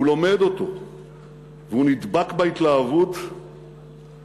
הוא לומד אותו והוא נדבק בהתלהבות לבצע,